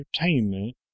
entertainment